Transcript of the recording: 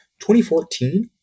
2014